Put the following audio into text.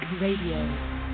Radio